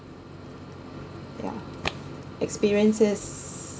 yeah experiences